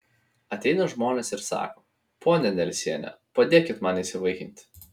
ateina žmonės ir sako ponia nelsiene padėkit man įsivaikinti